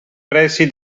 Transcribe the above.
pressi